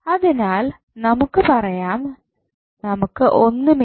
അതിനാൽ നമുക്ക് പറയാം നമുക്ക് ഒന്നുമില്ല